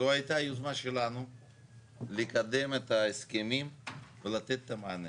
זו הייתה יוזמה שלנו לקדם את ההסכמים ולתת את המענה.